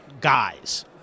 guys